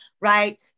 right